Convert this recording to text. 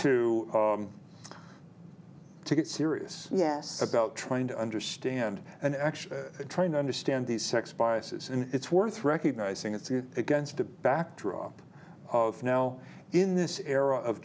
to to get serious yes about trying to understand and actually trying to understand these sex biases and it's worth recognizing it's you against the backdrop of now in this era of